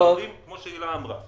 כמו שהילה אמרה,